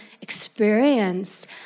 experience